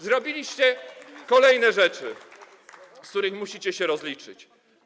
Zrobiliście kolejne rzeczy, z których musicie się rozliczyć.